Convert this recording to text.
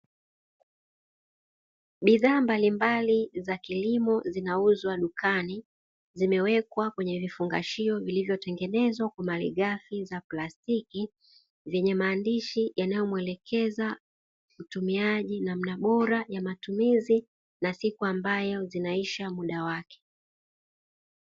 Bidhaa mbalimbali za kilimo zinauzwa dukani, zimewekwa kwenye vifungashio vilivyotengenezwa kwa malighafi za plastiki, zenye maandishi yanayomwelekeza mtumiaji namna bora ya matumizi na siku ambayo zinaisha muda wake.